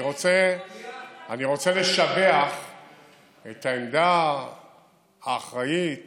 אני רוצה לשבח את העמדה האחראית